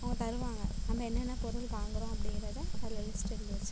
அவங்க தருவாங்கள் நம்ம என்னென்ன பொருள் வாங்குறோம் அப்படிங்கிறத அதில் லிஸ்ட்டு எழுதி வச்சுக்குவாங்கள்